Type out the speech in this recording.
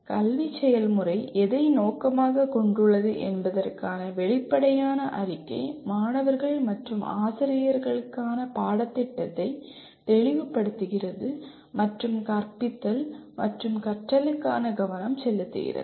கல்வி செயல்முறை எதை நோக்கமாகக் கொண்டுள்ளது என்பதற்கான வெளிப்படையான அறிக்கை மாணவர்கள் மற்றும் ஆசிரியர்களுக்கான பாடத்திட்டத்தை தெளிவுபடுத்துகிறது மற்றும் கற்பித்தல் மற்றும் கற்றலுக்கான கவனம் செலுத்துகிறது